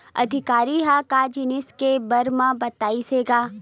अधिकारी ह का जिनिस के बार म बतईस हे गा?